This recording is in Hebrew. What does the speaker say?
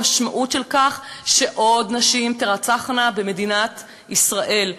המשמעות היא שעוד נשים תירצחנה במדינת ישראל.